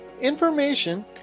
information